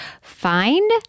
find